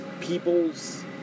peoples